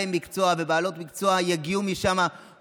מקצוע ובעלות מקצוע יגיעו מהמגזר החרדי,